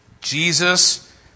Jesus